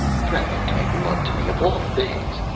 threatening to make love to me, of all things.